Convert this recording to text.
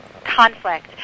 Conflict